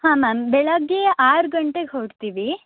ಹಾಂ ಮ್ಯಾಮ್ ಬೆಳಗ್ಗೆ ಆರು ಗಂಟೆಗೆ ಹೊರಡ್ತೀವಿ